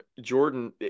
Jordan